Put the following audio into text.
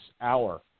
hour